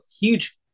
huge